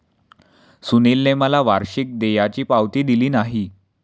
सुनीलने मला वार्षिक देयाची पावती दिली नाही